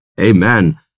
Amen